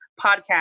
podcast